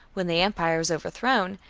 when the empire was overthrown,